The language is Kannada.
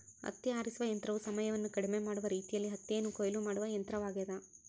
ಹತ್ತಿ ಆರಿಸುವ ಯಂತ್ರವು ಸಮಯವನ್ನು ಕಡಿಮೆ ಮಾಡುವ ರೀತಿಯಲ್ಲಿ ಹತ್ತಿಯನ್ನು ಕೊಯ್ಲು ಮಾಡುವ ಯಂತ್ರವಾಗ್ಯದ